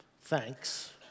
thanks